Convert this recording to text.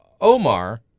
Omar